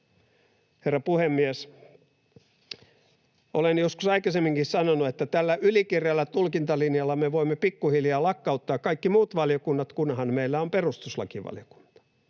Herra puhemies! Olen joskus aikaisemminkin sanonut, että tällä ylikireällä tulkintalinjalla me voimme pikkuhiljaa lakkauttaa kaikki muut valiokunnat, kunhan meillä on perustuslakivaliokunta.